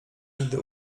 nigdy